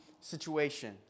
situation